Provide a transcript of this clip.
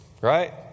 right